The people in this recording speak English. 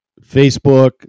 Facebook